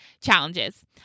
challenges